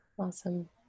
awesome